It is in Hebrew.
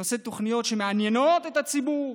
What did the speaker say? בנושאי תוכניות שמעניינות את הציבור